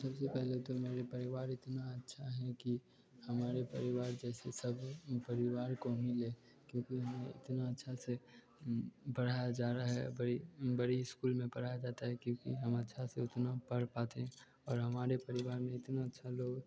सबसे पहले तो मेरे परिवार इतना अच्छा हैं कि हमारे परिवार जैसे सभी परिवार को मिले क्योंकि हमें इतना अच्छा से बढ़ाया जा रहा है बड़ी बड़ी स्कूल में पढ़ाया जाता है क्योंकि हम अच्छा से उतना पढ़ पातें और हमारे परिवार में इतना अच्छा लोग